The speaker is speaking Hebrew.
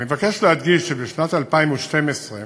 אני מבקש להדגיש שבשנת 2012,